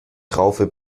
traufe